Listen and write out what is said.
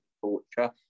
torture